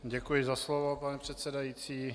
Děkuji za slovo, pane předsedající.